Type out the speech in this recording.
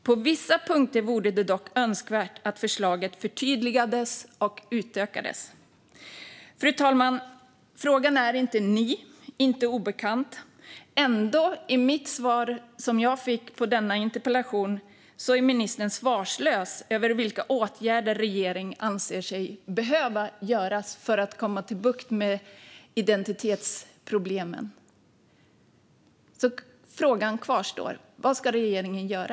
På vissa punkter vore det dock önskvärt att förslaget förtydligades och utökades." Fru talman! Frågan är inte ny och inte obekant. Ändå är ministern, i det svar jag fick på denna interpellation, svarslös gällande vilka åtgärder regeringen anser sig behöva vidta för att få bukt med identitetsproblemen. Frågan kvarstår alltså: Vad ska regeringen göra?